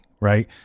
right